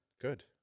Good